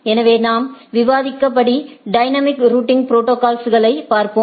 எனவே நாம் விவாதித்த படி டைனமிக் ரூட்டிங் ப்ரோடோகால்ஸ் களைப் பார்ப்போம்